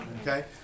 Okay